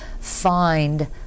find